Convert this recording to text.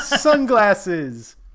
sunglasses